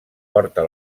porta